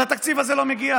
אבל התקציב הזה לא מגיע.